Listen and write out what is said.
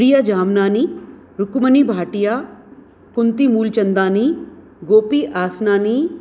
प्रिय जामनानी रुकमणी भाटिया कुंती मूलचंदानी गोपी आसनानी